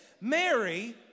Mary